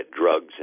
drugs